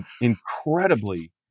Incredibly